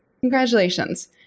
Congratulations